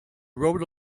rode